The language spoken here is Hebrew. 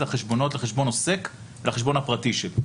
החשבונות לחשבון עוסק ולחשבון הפרטי שלי.